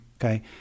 okay